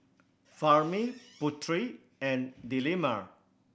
Fahmi Putri and Delima